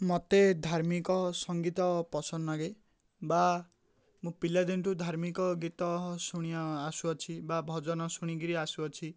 ମୋତେ ଧାର୍ମିକ ସଙ୍ଗୀତ ପସନ୍ଦ ଲାଗେ ବା ମୁଁ ପିଲାଦିନଠୁ ଧାର୍ମିକ ଗୀତ ଶୁଣି ଆସୁଅଛି ବା ଭଜନ ଶୁଣିକିରି ଆସୁଅଛି